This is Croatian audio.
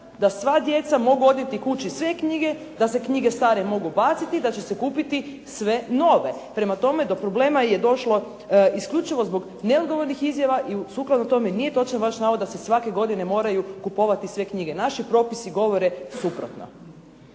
da sva djeca mogu odnijeti kući sve knjige, da se knjige stare mogu baciti, da će se kupiti sve nove. Prema tome, do problema je došlo isključivo zbog neodgovornih izjava i sukladno tome nije točan vaš navod da se svake godine moraju kupovati sve knjige. Naši propisi govore suprotno.